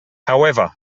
however